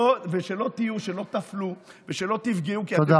ושלא תפלו ושלא תפגעו, תודה.